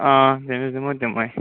آ تٔمِس دِمو تِمے